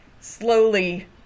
slowly